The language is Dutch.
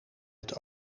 het